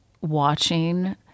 watching